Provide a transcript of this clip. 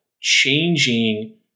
changing